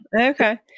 Okay